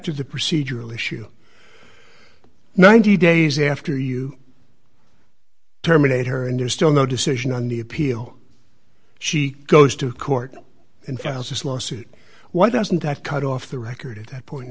to the procedural issue ninety days after you terminate her and there's still no decision on need peel she goes to court and files this lawsuit why doesn't that cut off the record at that point in